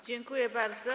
Dziękuję bardzo.